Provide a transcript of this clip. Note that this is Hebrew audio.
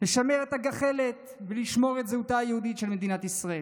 לשמר את הגחלת ולשמור את זהותה היהודית של מדינת ישראל.